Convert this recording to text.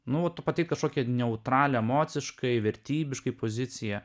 nu vat tu pateik kažkokią neutralią emociškai vertybiškai poziciją